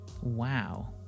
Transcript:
wow